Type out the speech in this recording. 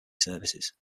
services